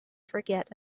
forget